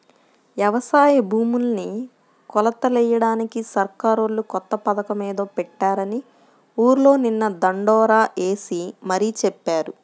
యవసాయ భూముల్ని కొలతలెయ్యడానికి సర్కారోళ్ళు కొత్త పథకమేదో పెట్టారని ఊర్లో నిన్న దండోరా యేసి మరీ చెప్పారు